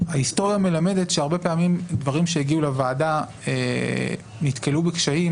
ההיסטוריה מלמדת שהרבה פעמים דברים שהגיעו לוועדה נתקלו בקשיים